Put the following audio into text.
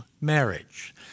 marriage